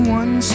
one